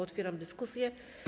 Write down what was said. Otwieram dyskusję.